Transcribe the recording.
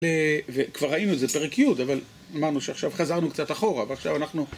וכבר ראינו את זה פרק י, אבל אמרנו שעכשיו חזרנו קצת אחורה, ועכשיו אנחנו...